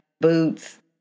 boots